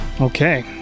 Okay